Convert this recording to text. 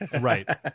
Right